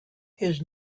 his